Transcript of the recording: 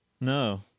No